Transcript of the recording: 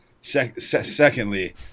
secondly